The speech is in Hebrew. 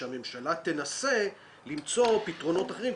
שבה הממשלה תנסה למצוא פתרונות אחרים,